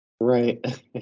Right